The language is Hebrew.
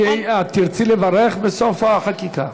את תרצי לברך בסוף החקיקה?